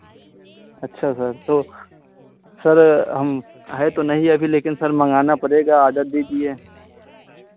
अच्छा सर तो सर हम है तो नहीं अभी लेकिन सर मंगाना पड़ेगा ऑर्डर दीजिए